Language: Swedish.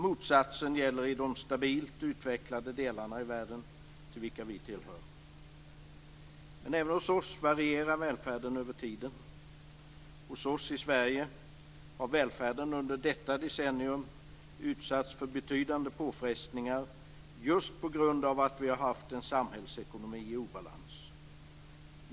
Motsatsen gäller i de stabilt utvecklade delarna i världen, till vilka vi tillhör. Även hos oss varierar välfärden över tiden. Hos oss i Sverige har välfärden under detta decennium utsatts för betydande påfrestningar just på grund av att vi haft en samhällsekonomi i obalans.